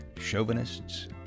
chauvinists